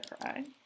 cry